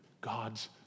God's